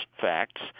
facts